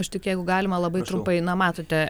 aš tik jeigu galima labai trumpai na matote